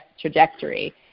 trajectory